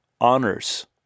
honors